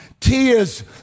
tears